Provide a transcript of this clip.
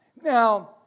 Now